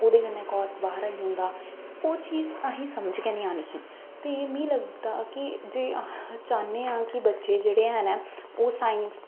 ओह्दे कन्नै बाह्र आई जंदा ओह् चीज असें गी समझ गै निं आनी ही ते मि लगदा कि जे अस चाह्ने आं कि बच्चे जेह्ड़े हैन ओह् साईंस